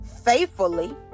faithfully